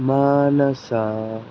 మానస